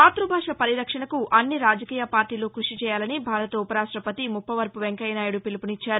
మాతృభాష పరిరక్షణకు అన్ని రాజకీయ పార్టీలు కృషిచేయాలని భారత ఉపరాష్ట్రపతి ముప్పవరపు వెంకయ్యనాయుడు పిలుపునిచ్చారు